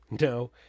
No